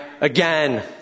again